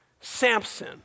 Samson